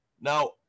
Now